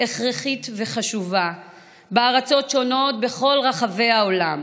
הכרחית וחשובה בארצות שונות בכל רחבי העולם,